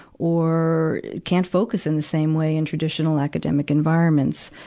or can't focus in the same way in traditional academic environments.